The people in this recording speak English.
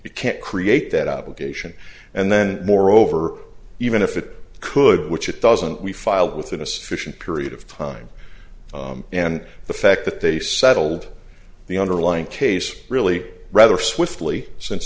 you can't create that obligation and then moreover even if it could which it doesn't we filed within a sufficient period of time and the fact that they settled the underlying case really rather swiftly since